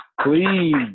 please